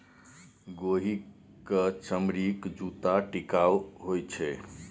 गोहि क चमड़ीक जूत्ता टिकाउ होए छै